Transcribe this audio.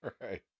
right